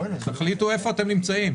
תחליטו איפה אתם נמצאים.